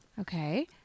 okay